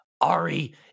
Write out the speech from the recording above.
Ari